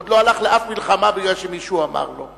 הוא עוד לא הלך לאף מלחמה כי מישהו אמר לו.